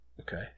Okay